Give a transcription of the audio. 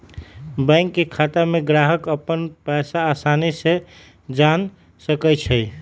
bank के खाता में ग्राहक अप्पन पैसा असानी से जान सकई छई